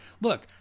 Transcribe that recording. look